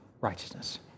righteousness